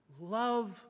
love